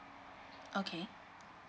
okay